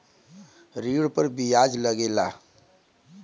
ऋण पर बियाज लगेला